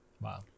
Wow